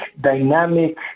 dynamic